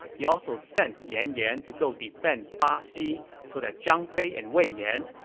he also sent yan yan to go defend baxi so that zhang fei and wei yan,